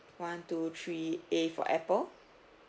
one two three A for apple